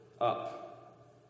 up